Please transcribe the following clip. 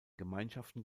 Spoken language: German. gemeinschaften